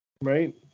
Right